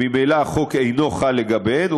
שממילא החוק אינו חל לגביהן,